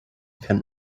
can